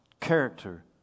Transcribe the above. character